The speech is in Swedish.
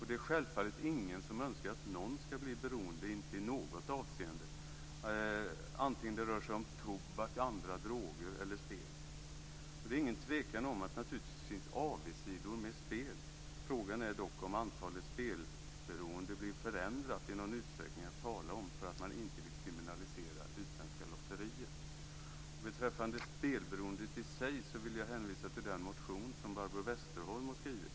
Det är självfallet ingen som önskar att någon skall bli beroende, inte i något avseende - vare sig det rör sig om tobak eller andra droger eller det rör sig om spel. Det är ingen tvekan om att det finns avigsidor med spel. Frågan är dock om antalet spelberoende blir förändrat i någon utsträckning att tala om därför att man inte vill kriminalisera utländska lotterier. Beträffande spelberoendet i sig vill jag hänvisa till den motion som Barbro Westerholm har skrivit.